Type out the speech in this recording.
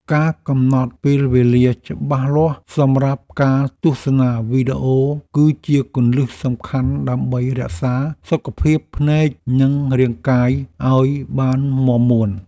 ការកំណត់ពេលវេលាច្បាស់លាស់សម្រាប់ការទស្សនាវីដេអូគឺជាគន្លឹះសំខាន់ដើម្បីរក្សាសុខភាពភ្នែកនិងរាងកាយឱ្យបានមាំមួន។